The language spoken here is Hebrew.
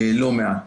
לא מעט.